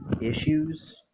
issues